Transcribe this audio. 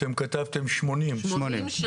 אתם כתבתם 80. 80 שנה.